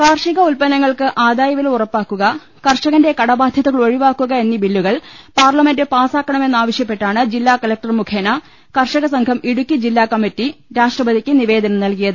കാർഷിക ഉൽപ്പന്നങ്ങൾക്ക് ആദായവില ഉറപ്പാക്കുക കർഷകന്റെ കടബാധ്യതകൾ ഒഴിവാക്കുക എന്നീ ബില്ലുകൾ പാർലമെന്റ് പാസാക്കണമെന്ന് ആവശ്യപ്പെട്ടാണ് ജില്ലാ കളക് ടർ മുഖേന കർഷകസംഘം ഇടുക്കി ജില്ലാ കമ്മറ്റി രാഷ് ട്രപതിക്ക് നിവേദനം നൽകിയത്